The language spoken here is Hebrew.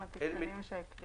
עם התיקונים.